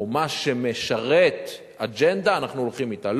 או מה שמשרת אג'נדה, אנחנו הולכים אתה.